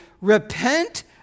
repent